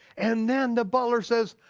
and then the butler says,